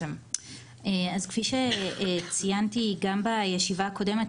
אז כפי שציינתי גם בישיבה הקודמת,